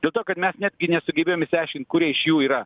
dėlto kad mes netgi nesugebėjom išsiaiškint kurie iš jų yra